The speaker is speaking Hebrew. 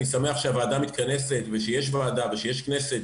אני שמח שהוועדה מתכנסת ושיש ועדה ויש כנסת.